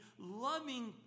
loving